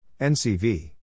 NCV